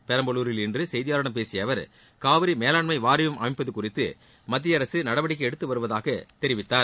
பெரம்பலூரில் இன்று செய்தியாளர்களிடம் பேசிய அவர் காவிரி மேலாண்மை வாரியம் அமைப்பது குறித்து மத்திய அரசு நடவடிக்கை எடுத்து வருவதாக கூறினார்